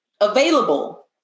available